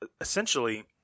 essentially